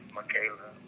Michaela